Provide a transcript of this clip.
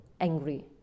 angry